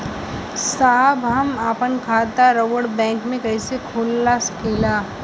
साहब हम आपन खाता राउर बैंक में कैसे खोलवा सकीला?